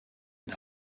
and